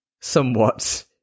somewhat